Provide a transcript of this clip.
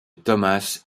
thomas